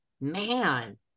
man